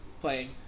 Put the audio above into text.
playing